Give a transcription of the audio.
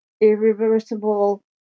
irreversible